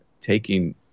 taking